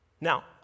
Now